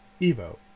Evo